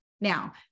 Now